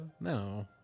No